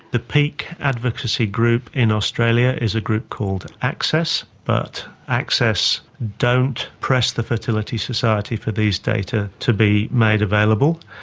the peak advocacy group in australia is a group called access, but access don't press the fertility society for these data to be made available.